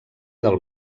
del